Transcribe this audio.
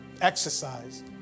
exercise